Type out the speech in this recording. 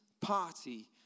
party